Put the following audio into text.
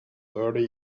thirty